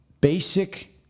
basic